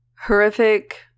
horrific